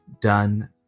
done